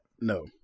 No